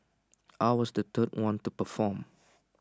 I was the third one to perform